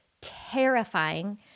terrifying